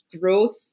growth